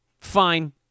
fine